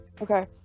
Okay